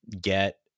get